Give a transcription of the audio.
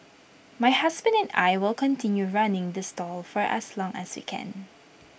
my husband and I will continue running the stall for as long as we can